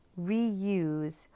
reuse